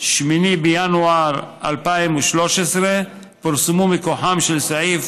8 בינואר 2013, פורסמו מכוחם של סעיף